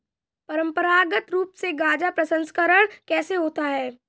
परंपरागत रूप से गाजा प्रसंस्करण कैसे होता है?